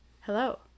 Hello